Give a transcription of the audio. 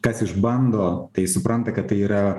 kas išbando tai supranta kad tai yra